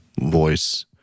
voice